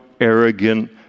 arrogant